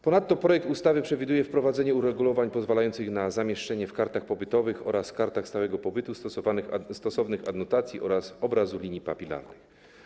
Ponadto projekt ustawy przewiduje wprowadzenie uregulowań pozwalających na zamieszczenie na kartach pobytowych oraz kartach stałego pobytu stosownych adnotacji oraz obrazu linii papilarnych.